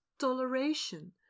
toleration